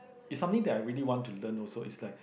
is something that I really want to learn also it's like